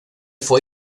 fue